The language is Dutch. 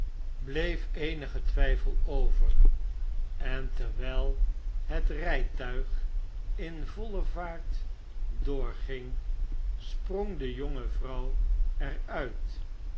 bleef eenigentwijfel over en terwyl het rytuig in voile vaart doorging sprong de jonge vrouw er